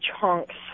Chunks